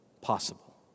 possible